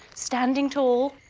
standing tall,